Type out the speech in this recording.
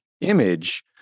image